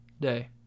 day